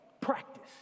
Practice